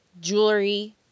jewelry